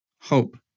hope